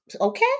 okay